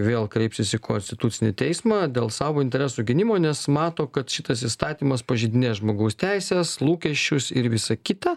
vėl kreipsis į konstitucinį teismą dėl savo interesų gynimo nes mato kad šitas įstatymas pažeidinėja žmogaus teises lūkesčius ir visa kita